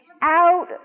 out